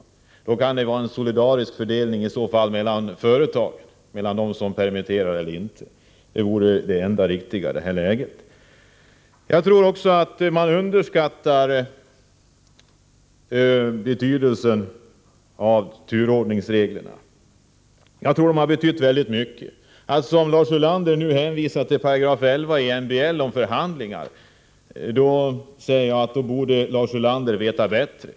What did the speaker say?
Sedan kan man göra en solidarisk fördelning mellan företagen, där man utgår ifrån vilka som permitterar och vilka som inte gör det. Det vore det enda riktiga. Jag tror också att man underskattar betydelsen av turordningsreglerna. De har säkert betytt väldigt mycket. Lars Ulander hänvisar till förhandlingar enligt 118 i MBL. Jag tycker att han borde veta bätte.